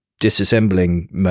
disassembling